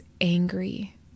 angry